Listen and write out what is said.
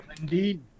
indeed